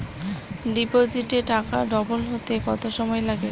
ডিপোজিটে টাকা ডবল হতে কত সময় লাগে?